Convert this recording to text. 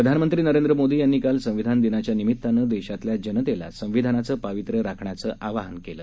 प्रधानमंत्री नरेंद्र मोदी यांनी काल संविधान दिनाच्या निमीत्तानं देशातल्या जनतेला संविधानाचं पावित्र्य राखण्याचं आवाहन केलं